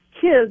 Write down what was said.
kids